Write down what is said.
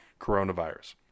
coronavirus